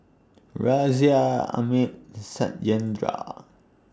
Razia Amit Satyendra